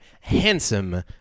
handsome